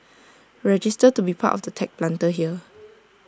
register to be part of tech Planter here